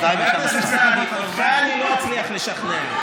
אני לא אצליח לשכנע,